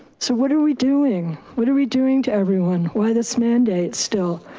so what are we doing? what are we doing to everyone? why this mandate still,